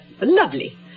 Lovely